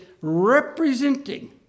representing